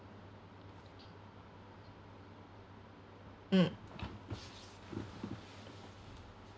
mm